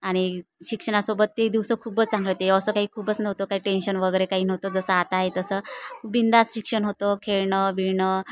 आणि शिक्षणासोबत ते दिवसं खूपच चांगलं होते असं काही खूपच नव्हतं काही टेन्शन वगैरे काही नव्हतं जसं आता आहे तसं बिनधास्त शिक्षण होतं खेळणं बिळणं